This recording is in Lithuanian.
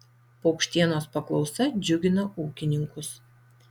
paukštienos paklausa džiugina ūkininkus